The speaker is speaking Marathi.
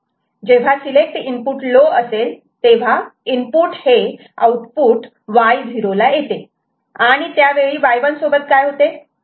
जेव्हा सिलेक्ट इनपुट लो असेल तेव्हा इनपुट हे आउटपुट Y0 ला येते आणि त्यावेळी Y1 सोबत काय होते